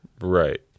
Right